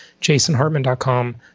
jasonhartman.com